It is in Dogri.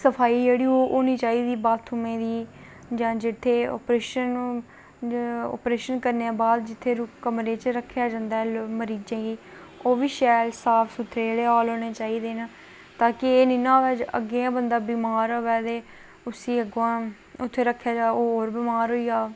सफाई जेह्ड़ी ओह् होना चाहिदी बाथरूमें दी जां जित्थें ऑपरेशन ऑपरेशन करने दे बाद रुकना कमरें च रक्खेआ जंदा ऐ मरीज़ें गी ओह्बी शैल सुथरे जेह्ड़े हॉल जेह्ड़े होने चाहिदे न ताकी एह् नना होऐ के अग्गें गै बंदा बमार होऐ उसी अग्गुआं उत्थें रक्खेआ जा ओह् होर बमार होई जा